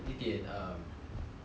钱去花